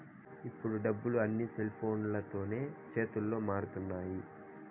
ఇప్పుడు డబ్బులు అన్నీ సెల్ఫోన్లతోనే చేతులు మారుతున్నాయి